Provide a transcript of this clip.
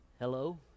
Hello